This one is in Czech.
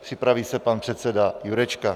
Připraví se pan předseda Jurečka.